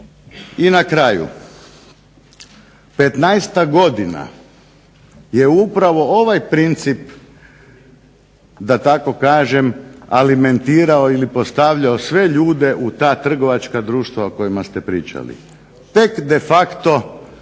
I na kraju, petnaestak godina je upravo ovaj princip da tako kažem alimentirao ili postavljao sve ljude u ta trgovačka društva o kojima ste pričali, tek de facto